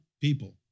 people